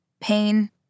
pain